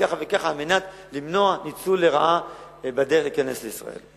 ככה וככה על מנת למנוע ניצול לרעה כדי להיכנס לישראל.